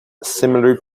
similar